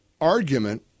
argument